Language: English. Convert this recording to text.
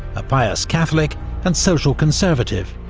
a pious catholic and social conservative,